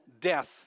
death